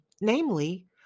namely